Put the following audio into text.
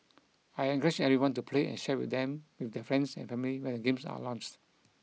I encourage everyone to play and share with them with their friends and family when the games are launched